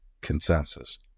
consensus